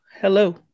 Hello